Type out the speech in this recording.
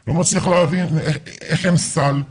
על דרישה מאוד מאוד בסיסית והגיונית,